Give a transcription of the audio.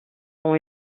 ont